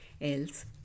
Else